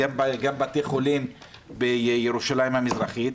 גם בתי חולים בירושלים המזרחית.